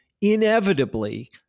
inevitably